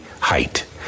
height